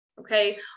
okay